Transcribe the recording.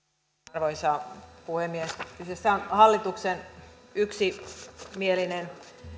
arvoisa puhemies kyseessä on hallituksen yksimielinen